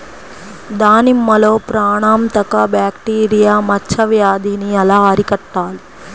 దానిమ్మలో ప్రాణాంతక బ్యాక్టీరియా మచ్చ వ్యాధినీ ఎలా అరికట్టాలి?